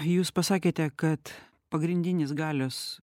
jūs pasakėte kad pagrindinis galios